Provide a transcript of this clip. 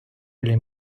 или